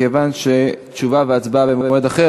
כיוון שתשובה והצבעה במועד אחר,